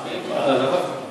איזה מסים?